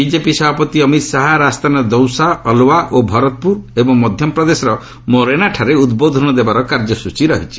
BJP ସଭାପତି ଅମିତ ଶାହା ରାଜସ୍ଥାନର ଦୌସା ଅଲୱା ଓ ଭରତପୁର ଏବଂ ମଧ୍ୟପ୍ରଦେଶର ମୋରେନାଠାରେ ଉଦ୍ବୋଧନ ଦେବାର କାର୍ଯ୍ୟସୂଚୀ ରହିଛି